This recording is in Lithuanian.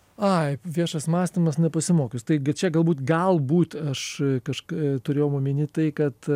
ai viešas mąstymas nepasimokius taip bet čia galbūt galbūt aš kažk turėjau omeny tai kad